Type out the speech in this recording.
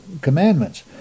commandments